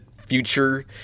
future